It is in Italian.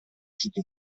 usciti